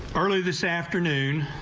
early this afternoon.